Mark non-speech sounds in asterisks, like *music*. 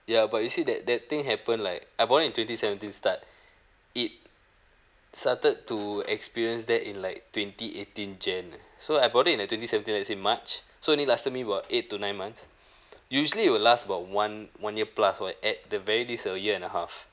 ya but you see that that thing happened like I bought it in twenty seventeen start it started to experience that in like twenty eighteen jan eh so I bought it in uh twenty seventeen as in march so it only lasted me about eight to nine months *breath* usually it will last about one one year plus or at the very least a year and a half